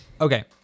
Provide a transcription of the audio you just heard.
Okay